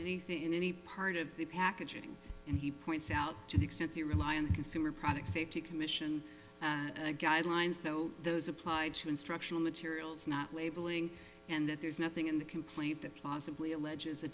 anything in any part of the packaging he points out to the extent they rely on consumer product safety commission and guidelines though those applied to instructional materials not labeling and that there's nothing in the complaint that possibly alleges a